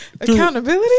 Accountability